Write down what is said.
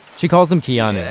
she calls him kianu,